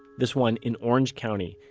this one in orange county,